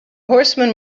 horseman